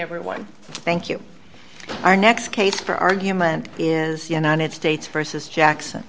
everyone thank you our next case for argument is united states versus jackson